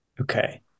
Okay